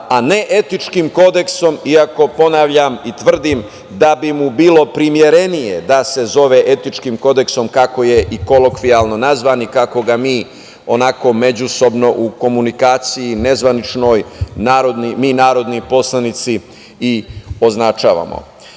a ne etičkim kodeksom, iako ponavljam i tvrdim da bi mu bilo primerenije da se zove etičkim kodeksom, kako je i kolokvijalno nazvan i kako ga mi onako međusobno u komunikaciji, nezvaničnoj, mi narodni poslanici i označavamo.U